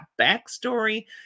backstory